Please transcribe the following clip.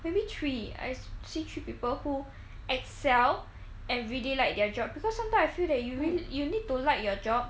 maybe three I see three people who excel and really liked their job because sometime I feel that you need you need to like your job